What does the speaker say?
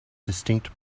distinct